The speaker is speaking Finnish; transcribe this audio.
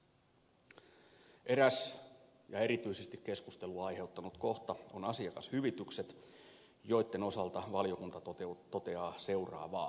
eräs ja erityisesti keskustelua aiheuttanut kohta on asiakashyvitykset joitten osalta valiokunta toteaa seuraavaa